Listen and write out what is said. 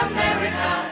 America